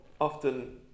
often